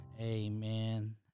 amen